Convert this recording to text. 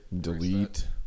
delete